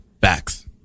Facts